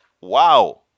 Wow